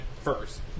first